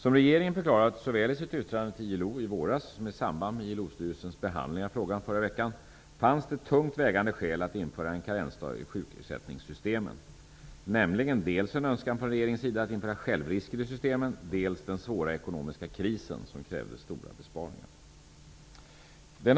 Som regeringen förklarat såväl i sitt yttrande till ILO i våras som i samband med ILO-styrelsens behandling av frågan förra veckan fanns det tungt vägande skäl att införa en karensdag i sjukersättningssystemen, nämligen dels en önskan från regeringens sida att införa självrisker i systemen, dels den svåra ekonomiska krisen som krävde stora besparingar.